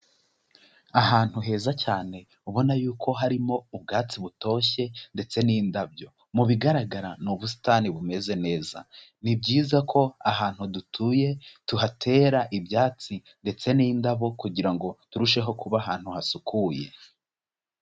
Ahantu heza cyane, ubona yuko harimo ubwatsi butoshye ndetse n'indabyo. Mu bigaragara ni ubusitani bumeze neza. Ni byiza ko ahantu dutuye tuhatera ibyatsi ndetse n'indabo kugira ngo turusheho kuba ahantu hasukuye.